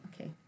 okay